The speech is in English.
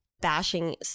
bashing